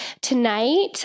tonight